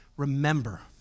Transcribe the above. Remember